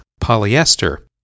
polyester